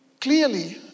clearly